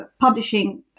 publishing